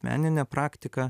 meninę praktiką